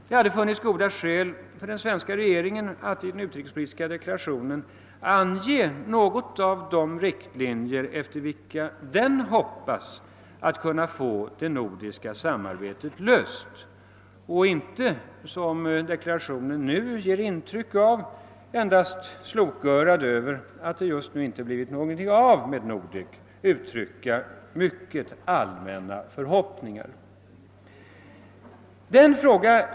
Det hade funnits goda skäl för den svenska regeringen att i den utrikespolitiska deklarationen ange något av de riktlinjer, efter vilka den hoppas kunna få frågan om det nordiska samarbetet löst, i stället för att — såsom deklarationen ger intryck av — slokörad över att det just nu inte blivit något av med Nordek endast uttrycka mycket allmänna förhoppningar.